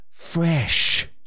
Fresh